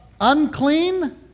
unclean